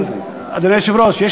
אדוני היושב-ראש,